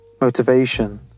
Motivation